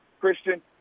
Christian